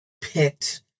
picked